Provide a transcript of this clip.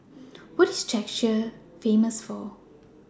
What IS Czechia Famous For